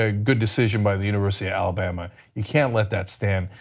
ah good decision by the university of alabama. you cannot let that stand.